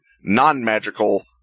non-magical